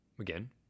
again